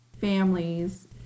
families